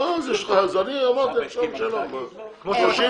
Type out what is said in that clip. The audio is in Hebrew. כמו שרשות